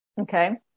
Okay